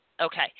Okay